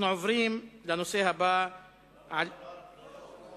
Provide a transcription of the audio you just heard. אני אבקש דיון במליאה.